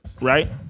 Right